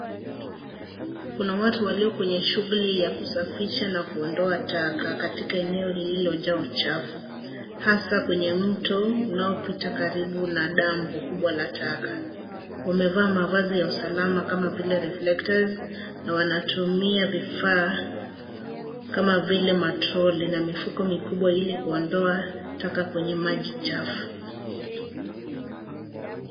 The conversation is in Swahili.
Kuna watu walio kwenye shughuli ya kusafisha na kuondoa taka katika eneo lililojaa uchafu, hasa kwenye mto unaopita karibu na dampo kubwa la taka. Wamevaa mavazi ya usalama kama vile reflectors na wanatumia vifaa kama vile matroli na mifuko mikubwa ili kuondoa taka kwenye maji chafu.